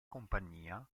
compagnia